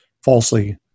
falsely